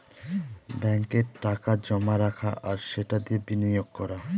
ব্যাঙ্কে টাকা জমা রাখা আর সেটা দিয়ে বিনিয়োগ করা